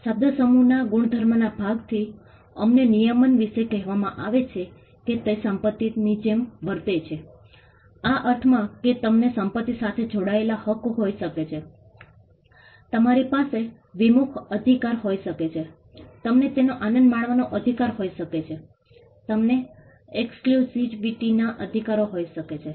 શબ્દસમૂહના ગુણધર્મના ભાગથી અમને નિયમન વિશે કહેવામાં આવે છે કે તે સંપત્તીની જેમ વર્તે છે આ અર્થમાં કે તમને સંપત્તિ સાથે જોડાયેલા હકો હોઈ શકે છે તમારી પાસે વિમુખઅધિકાર હોઈ શકે છે તમને તેનો આનંદ માણવાનો અધિકાર હોઈ શકે છે તમને એક્સક્લુઝિવિટીના અધિકારો હોઈ શકે છે